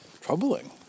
troubling